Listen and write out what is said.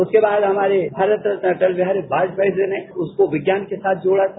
उसके बाद हमारे भारत रत्न अटल बिहारी वाजपेयी जी ने उसको विज्ञान के साथ जोड़ा था